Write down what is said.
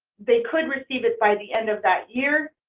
they could receive it by the end of that year,